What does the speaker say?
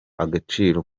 agaciro